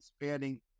expanding